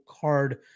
card